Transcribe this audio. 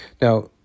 Now